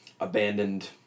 abandoned